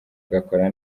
agakora